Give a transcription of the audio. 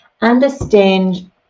understand